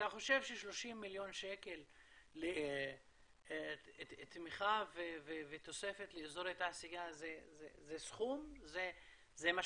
אתה חושב ש-30 מיליון שקל תמיכה ותוספת לאזורי תעשייה זה סכום משמעותי,